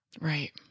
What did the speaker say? Right